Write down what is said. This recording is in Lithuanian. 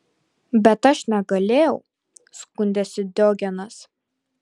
bet aš negalėjau skundėsi diogenas